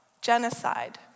genocide